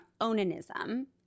Onanism